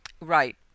Right